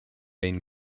been